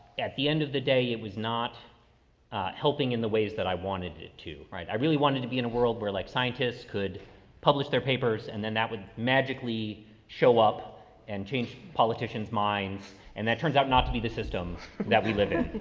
at the end of the day, it was not helping in the ways that i wanted to write. i really wanted to be in a world where like scientists could publish their papers and then that would magically show up and change politician's minds. and that turns out not to be the system that we live in.